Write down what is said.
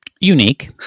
unique